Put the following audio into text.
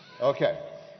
Okay